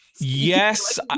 yes